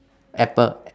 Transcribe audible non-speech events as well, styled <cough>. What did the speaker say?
apple <noise>